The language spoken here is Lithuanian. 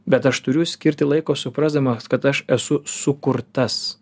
bet aš turiu skirti laiko suprasdamas kad aš esu sukurtas